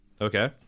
Okay